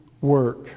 work